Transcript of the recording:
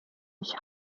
ich